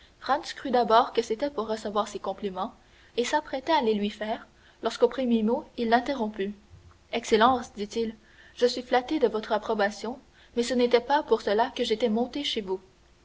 crut d'abord que c'était pour recevoir ses compliments et s'apprêtait à les lui faire lorsqu'aux premiers mots il l'interrompit excellence dit-il je suis flatté de votre approbation mais ce n'était pas pour cela que j'étais monté chez vous